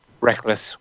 reckless